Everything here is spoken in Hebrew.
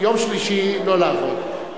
יום שלישי לא לעבוד,